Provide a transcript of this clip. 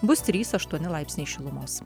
bus trys aštuoni laipsniai šilumos